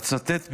אצטט,